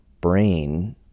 brain